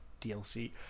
DLC